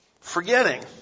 forgetting